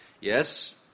Yes